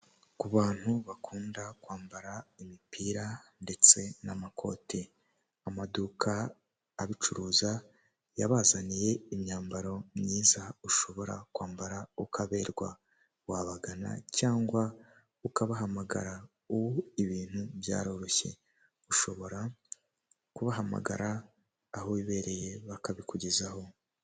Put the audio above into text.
Ku bantu bakunda kwambara imipira ndetse n'amakoti, amaduka abicuruza yabazaniye imyambaro myiza ushobora kwambara ukaberwa, wabagana cyangwa ukabahamagara, ubu ibintu byaroroshye ushobora kubahamagara aho wibereye bakabikugezaho.